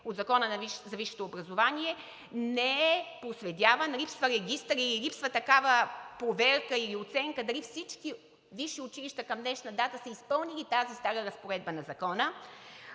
от Закона за висшето образование не е проследяван. Липсва регистър, липсва такава проверка и оценка дали всички висши училища към днешна дата са изпълнили тази стара разпоредба на Закона